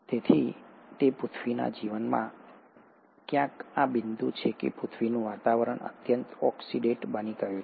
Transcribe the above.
તેથી તે પૃથ્વીના જીવનમાં ક્યાંક આ બિંદુએ છે કે પૃથ્વીનું વાતાવરણ અત્યંત ઓક્સિડેટ બની ગયું છે